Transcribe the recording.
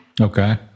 Okay